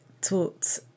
Taught